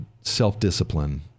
self-discipline